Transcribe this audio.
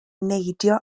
neidio